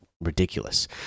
Ridiculous